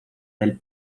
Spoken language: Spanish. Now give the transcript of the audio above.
del